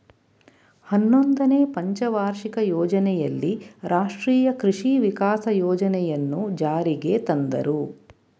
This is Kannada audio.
ಹನ್ನೊಂದನೆನೇ ಪಂಚವಾರ್ಷಿಕ ಯೋಜನೆಯಲ್ಲಿ ರಾಷ್ಟ್ರೀಯ ಕೃಷಿ ವಿಕಾಸ ಯೋಜನೆಯನ್ನು ಜಾರಿಗೆ ತಂದರು